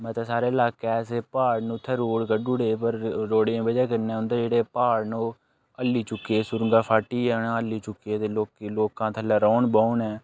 मते सारे लाके ऐसे प्हाड़ न उ'त्थें रोड कड्ढू ओड़े दे रोडै दी बजह् कन्नै उं'दे जेह्ड़े प्हाड़ न ओह् ह'ल्ली चुक्के दे सुरंग फाट्टी हल्ली चुक्के दे लोकें लोके थ'ल्ले रौह्न बौह्न ऐ